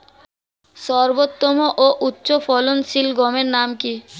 সর্বোত্তম ও উচ্চ ফলনশীল গমের নাম কি?